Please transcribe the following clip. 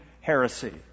heresy